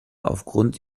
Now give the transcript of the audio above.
aufgrund